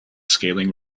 scaling